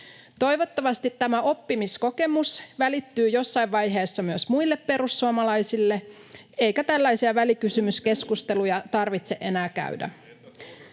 Toivottavasti tämä oppimiskokemus välittyy jossain vaiheessa myös muille perussuomalaisille, eikä tällaisia välikysymyskeskusteluja tarvitse enää käydä.